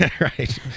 Right